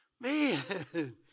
Man